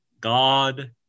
God